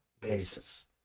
basis